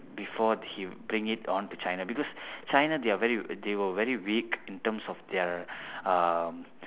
before he bring it on to china because china they are they were very weak in terms of their um